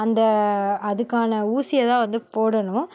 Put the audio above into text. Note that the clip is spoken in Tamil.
அந்த அதுக்கான ஊசியை தான் வந்து போடணும்